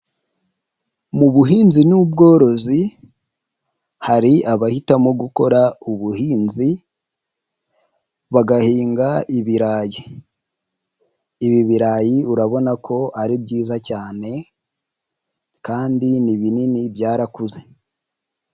Mu buhinzi n'ubworozi hari abahitamo gukora ubuhinzi bagahinga ibirayi, ibi birayi urabona ko ari byiza cyane kandi ni binini byarakuze.